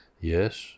Yes